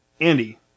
Andy